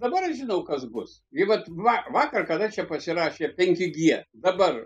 dabar aš žinau kas bus gi net va vakar kada čia pasirašė penki gie dabar